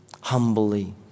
humbly